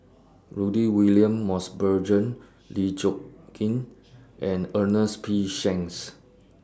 Rudy William Mosbergen Lee Choon Kee and Ernest P Shanks